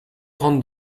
trente